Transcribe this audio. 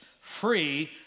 free